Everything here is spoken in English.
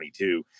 2022